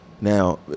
now